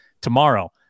tomorrow